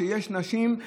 שיש נשים,